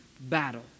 battle